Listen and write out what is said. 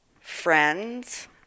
friends